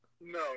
No